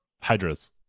Hydras